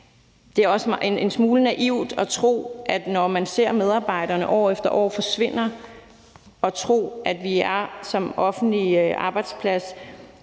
Det er også en smule naivt, når man ser, at medarbejderne år efter år forsvinder, at tro, at vi som offentlig arbejdsplads